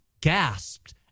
gasped